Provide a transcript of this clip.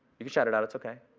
you can shout it out. it's ok.